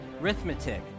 Arithmetic